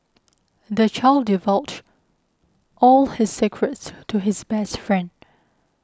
the child divulged all his secrets to his best friend